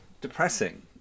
depressing